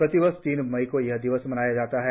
प्रतिवर्ष तीन मई को यह दिवस मनाया जाता है